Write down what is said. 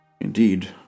Indeed